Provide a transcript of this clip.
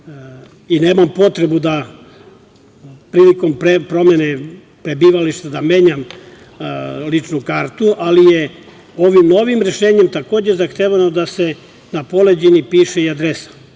i nemam potrebu da prilikom promene prebivališta menjam ličnu kartu, ali je ovim novim rešenjem takođe zahtevano da se na poleđini piše i adresa.U